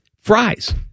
fries